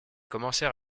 commencent